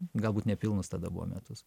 galbūt nepilnus tada buvo metus